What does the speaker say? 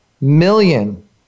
million